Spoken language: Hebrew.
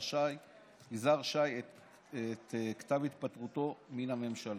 יזהר שי את כתב התפטרותו מן הממשלה,